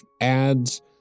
ads